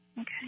Okay